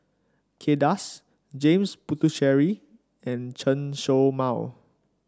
Kay Das James Puthucheary and Chen Show Mao